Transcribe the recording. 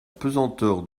pesanteur